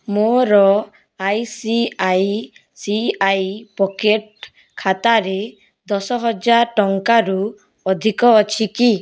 ମୋର I C I C I pocket ଖାତାରେ ଦଶହଜାର ଟଙ୍କାରୁ ଅଧିକ ଅଛି କି